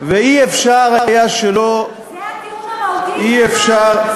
ואי-אפשר היה שלא, זה הטיעון המהותי שלך?